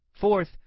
Fourth